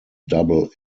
double